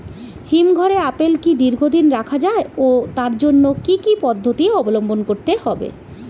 হিমঘরে আপেল কি দীর্ঘদিন রাখা যায় ও তার জন্য কি কি পদ্ধতি অবলম্বন করতে হবে?